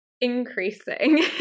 increasing